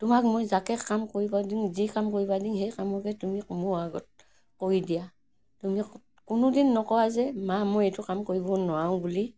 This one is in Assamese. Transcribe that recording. তোমাক মই যাকে কাম কৰিবা দিম যি কাম কৰিবা দিম সেই কামকে তুমি মোৰ আগত কৰি দিয়া তুমি কোনোদিন নোকোৱা যে মা মই এইটো কাম কৰিব নোৱাৰোঁ বুলি